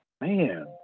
man